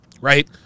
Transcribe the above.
right